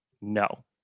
No